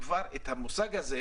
והגיע הזמן למחוק את המושג הזה.